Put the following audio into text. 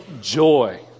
joy